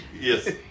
Yes